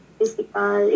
Physical